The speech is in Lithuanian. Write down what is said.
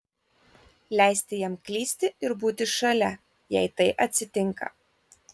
leisti jam klysti ir būti šalia jei tai atsitinka